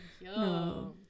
No